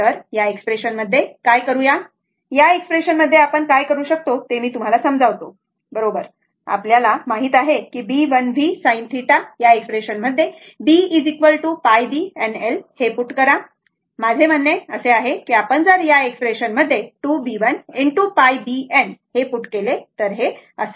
तर या एक्सप्रेशन मध्ये काय करू या एक्सप्रेशन मध्ये आपण काय करू शकतो ते मी तुम्हाला समजावतो बरोबर आपल्याला माहित आहे की Bl v sin θ या एक्सप्रेशन मध्ये b π b n l put करा माझे असे म्हणणे आहे की आपण जर या एक्सप्रेशन मध्ये 2 Bl ✕ π B n हे पूट केले तर हे आहे बरोबर